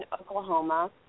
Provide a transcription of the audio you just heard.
Oklahoma